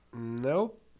Nope